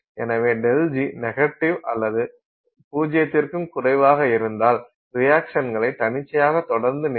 எனவே ΔG நெகட்டிவாக அல்லது 0 க்கும் குறைவாக இருந்தால் ரியாக்சனகள் தன்னிச்சையாக தொடர்ந்து நிகழும்